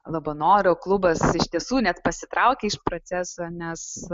labanoro klubas iš tiesų net pasitraukė iš proceso nes